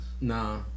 Nah